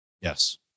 Yes